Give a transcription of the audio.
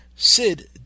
Sid